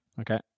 Okay